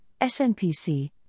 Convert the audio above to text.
SNPC